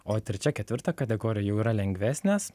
o trečia ketvirta kategorija jau yra lengvesnės